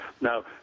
Now